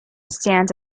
stands